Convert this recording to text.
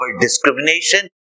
discrimination